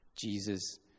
Jesus